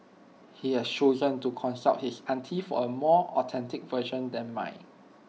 he has chosen to consult his auntie for A more authentic version than mine